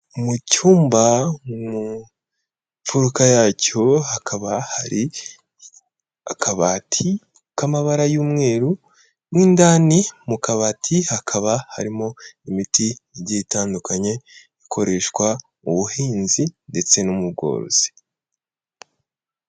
Mu cyumba mu mfuruka yacyo hakaba hari akabati k'amabara y'umweru, mo indani mu kabati hakaba harimo imiti igihe itandukanye ikoreshwa mu buhinzi ndetse no mu bworozi.